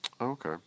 Okay